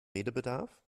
redebedarf